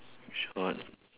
which one